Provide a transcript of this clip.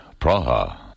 Praha